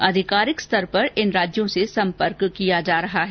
आधिकारिक स्तर पर इन राज्यों से संपर्क किया जा रहा है